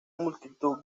multitud